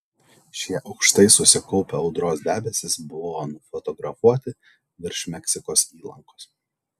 šie aukštai susikaupę audros debesys buvo nufotografuoti virš meksikos įlankos